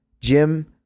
Jim